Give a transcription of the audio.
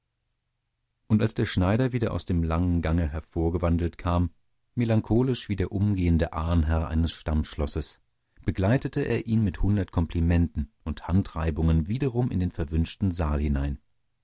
und als der schneider wieder aus dem langen gange hervorgewandelt kam melancholisch wie der umgehende ahnherr eines stammschlosses begleitete er ihn mit hundert komplimenten und handreibungen wiederum in den verwünschten saal hinein